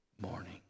morning